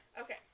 Okay